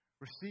Receive